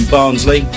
Barnsley